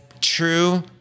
true